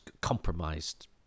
compromised